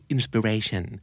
Inspiration